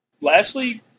Lashley